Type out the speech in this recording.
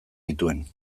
nituen